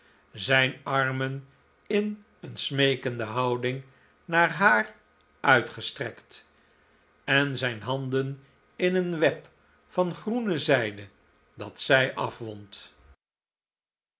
zijn armen in een smeekende houding naar haar uitgestrekt en zijn handen in een web van groene zijde dat zij afwond